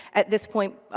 at this point,